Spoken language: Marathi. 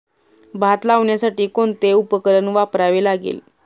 भात लावण्यासाठी कोणते उपकरण वापरावे लागेल?